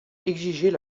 exigeait